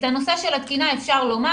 את הנושא של התקינה אפשר לומר,